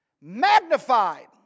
magnified